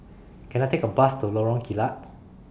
Can I Take A Bus to Lorong Kilat